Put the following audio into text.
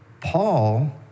Paul